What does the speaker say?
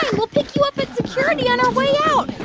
we'll pick you up at security on our way out